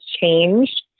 changed